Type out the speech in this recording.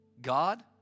God